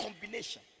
combination